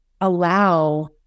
allow